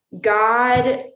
God